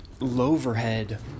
Loverhead